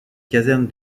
caserne